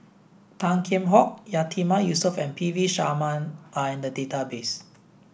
Tan Kheam Hock Yatiman Yusof and P V Sharma are in the database